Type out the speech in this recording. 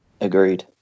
Agreed